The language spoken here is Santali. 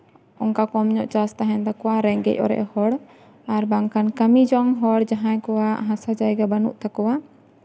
ᱚᱱᱠᱟ ᱠᱚᱢ ᱧᱚᱜ ᱪᱟᱥ ᱛᱟᱦᱮᱱ ᱛᱟᱠᱚᱣᱟ ᱨᱮᱸᱜᱮᱡ ᱚᱨᱮᱡ ᱦᱚᱲ ᱟᱨ ᱵᱟᱝᱠᱷᱟᱱ ᱠᱟᱹᱢᱤ ᱡᱚᱝ ᱦᱚᱲ ᱡᱟᱦᱟᱸᱭ ᱠᱚᱣᱟᱜ ᱦᱟᱥᱟ ᱡᱟᱭᱜᱟ ᱵᱟᱹᱱᱩᱜ ᱛᱟᱠᱚᱣᱟ